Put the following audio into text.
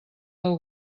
del